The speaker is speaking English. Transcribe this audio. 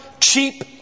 cheap